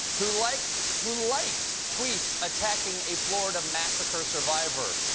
who liked who liked tweets attacking a florida massacre survivor.